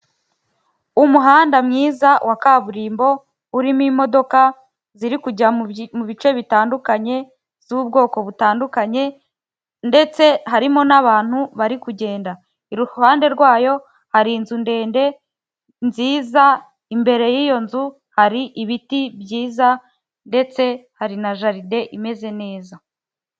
Umuhanda mwiza wa kaburimbo urimo imodoka ziri kujya mu bice bitandukanye, z'ubwoko butandukanye ndetse harimo n'abantu bari kugenda iruhande rwayo hari inzu ndende nziza imbere y'iyo nzu hari ibiti byiza ndetse hari na jaride imeze neza.